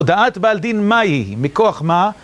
דעת בעל דין מהי, מכוח מה?